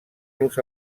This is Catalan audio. los